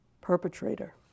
perpetrator